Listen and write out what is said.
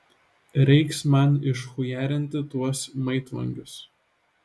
reiks man išchujarinti tuos maitvanagius